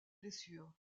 blessures